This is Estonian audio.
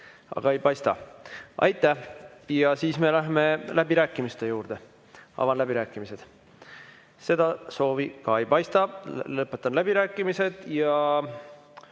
neid ei paista. Aitäh! Siis me läheme läbirääkimiste juurde. Avan läbirääkimised. Seda soovi ka ei paista. Lõpetan läbirääkimised.